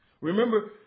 Remember